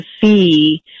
see